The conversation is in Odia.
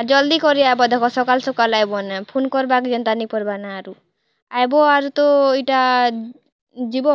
ଆର୍ ଜଲ୍ଦି କରି ଆଏବ ଦେଖ ସକାଲ୍ ସକାଲ୍ ଆଏବ ନେ ଫୋନ୍ କର୍ବାର୍କେ ଯେନ୍ତା ନାଇଁ ପଡ଼୍ବା ନା ଆରୁ ଆଏବ ଆରୁ ତ ଇ'ଟା ଯିବ